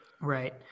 right